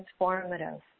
transformative